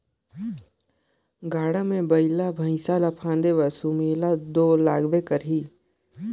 गाड़ा मे बइला भइसा ल फादे बर सुमेला दो लागबे करही